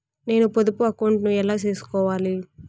నేను పొదుపు అకౌంటు ను ఎలా సేసుకోవాలి?